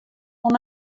oan